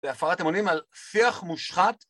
להפרת אמונים על שיח מושחת